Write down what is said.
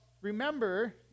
remember